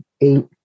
eight